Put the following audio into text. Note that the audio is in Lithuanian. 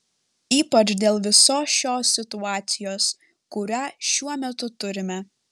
ypač dėl visos šios situacijos kurią šiuo metu turime